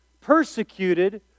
Persecuted